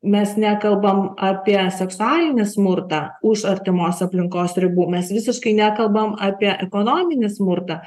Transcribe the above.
mes nekalbam apie seksualinį smurtą už artimos aplinkos ribų mes visiškai nekalbam apie ekonominį smurtą